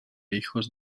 hijos